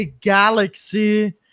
Galaxy